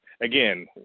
again